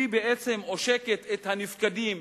היא בעצם עושקת את הנפקדים,